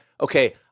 okay